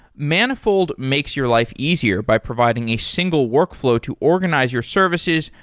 manifold makes your life easier by providing a single workflow to organize your services,